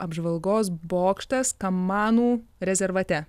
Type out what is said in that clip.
apžvalgos bokštas kamanų rezervate